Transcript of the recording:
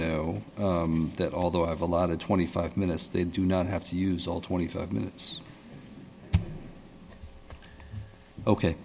know that although i have a lot of twenty five minutes they do not have to use all twenty five minutes ok